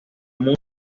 música